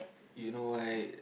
you know why